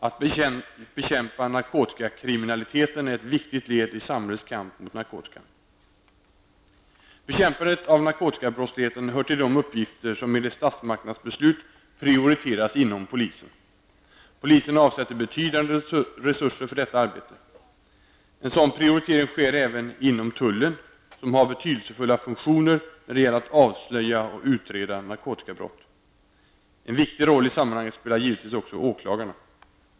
Att bekämpa narkotikakriminaliteten är ett viktigt led i samhällets kamp mot narkotikan. Bekämpandet av narkotikabrottsligheten hör till de uppgifter som enligt statsmakternas beslut prioriteras inom polisen. Polisen avsätter betydande resurser för detta arbete. En sådan prioritering sker även inom tullen som har betydelsefulla funktioner när det gäller att avslöja och utreda natkotikabrott. En viktig roll i sammanhanget spelar givetvis också åklagarna.